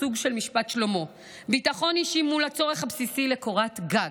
בסוג של משפט שלמה: ביטחון אישי מול הצורך הבסיסי לקורת גג,